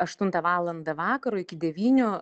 aštuntą valandą vakaro iki devynių